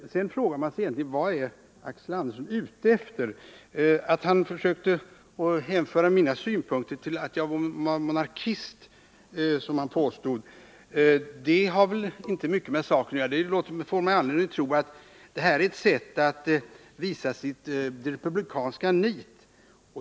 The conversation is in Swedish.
Sedan frågar man sig: Vad är Axel Andersson egentligen ute efter? Han försökte hänföra mina synpunkter till att jag, som han påstod, var monarkist. Det har väl inte med saken att göra. Det ger mig anledning att tro att detta är ett sätt att visa sitt republikanska nit.